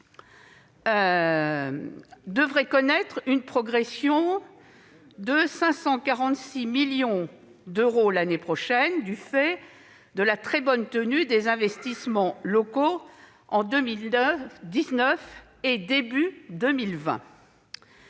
devrait connaître une progression de 546 millions d'euros l'année prochaine du fait de la très bonne tenue des investissements locaux en 2019 et début 2020.